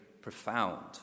profound